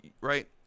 right